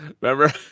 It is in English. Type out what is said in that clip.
remember